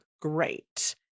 great